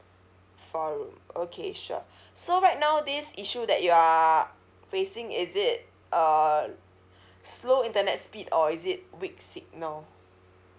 four room okay sure so right now this issue that you are facing is it uh slow internet speed or is it weak signal